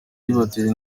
ryitabiriwe